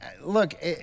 Look